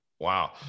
Wow